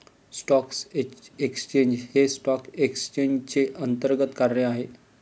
stock exchange हे stock एक्सचेंजचे अंतर्गत कार्य आहे